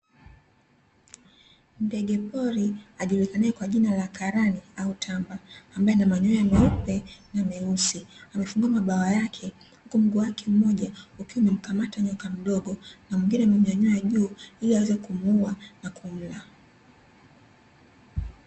Ndege pori ajulikane kwa jina la karani au tamba, ambaye ana manyoya meupe na meusi. Amefungua mabawa yake, huku mguu wake mmoja ukiwa umemkamata nyoka mdogo na mwingine umemnyanyua juu ili aweze kumuua na kumla.